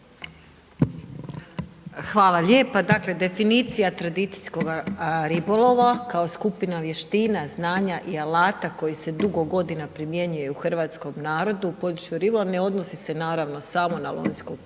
Hvala lijepa. Dakle, definicija tradicijskog ribolova kao skupina vještina, znanja i alata koji se dugo godina primjenjuju u hrvatskom narodu u području ribolova, ne odnosi se naravno samo na Lonjsko polje,